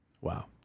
Wow